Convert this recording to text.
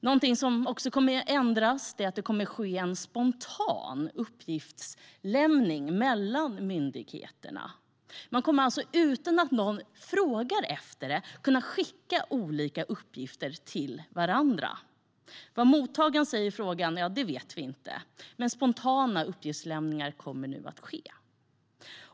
Något som också kommer att ändras är att det kommer att ske en spontan uppgiftslämning mellan myndigheterna. Man kommer alltså utan att någon frågar efter det att kunna skicka olika uppgifter till varandra. Vad mottagaren säger i frågan vet vi inte, men spontana uppgiftslämningar kommer nu att ske.